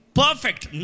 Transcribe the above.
perfect